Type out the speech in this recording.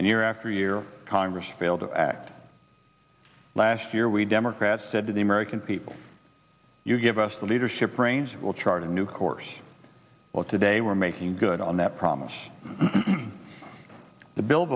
and year after year congress failed to act last year we democrats said to the american people you give us the leadership range we'll chart a new course well today we're making good on that promise the bil